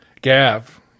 Gav